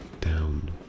down